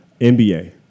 NBA